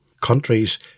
countries